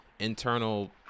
internal